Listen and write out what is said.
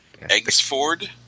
Eggsford